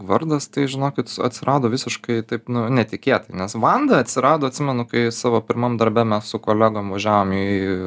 vardas tai žinokit atsirado visiškai taip nu netikėtai nes vanda atsirado atsimenu kai savo pirmam darbe mes su kolegom važiavom į